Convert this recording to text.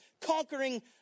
conquering